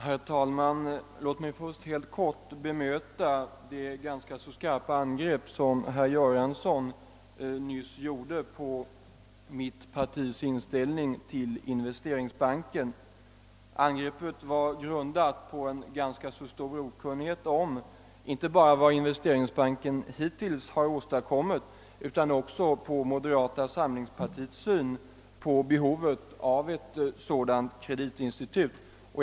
Herr talman! Låt mig först helt kort bemöta de ganska skarpa angrepp som herr Göransson nyss gjorde på mitt partis inställning till Investeringsbanken. Angreppet var grundat på en rätt stor okunnighet inte bara om vad Investeringsbanken hittills har åstadkommit utan också om moderata samlingspartiets syn på behovet av ett sådant kreditinstitut.